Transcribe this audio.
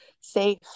safe